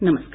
नमस्कार